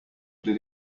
did